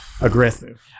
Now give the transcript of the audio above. aggressive